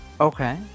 Okay